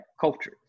culture